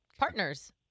Partners